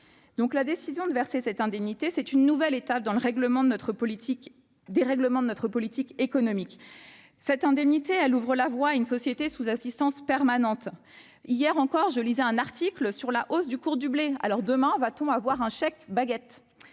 La décision de verser cette indemnité est une nouvelle étape dans le dérèglement de notre politique économique. Cette disposition ouvre la voie à une société sous assistance permanente. Hier encore, je lisais un article sur la hausse du cours du blé. Demain, nous inventera-t-on un chèque baguette ?